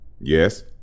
Yes